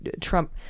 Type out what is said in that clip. Trump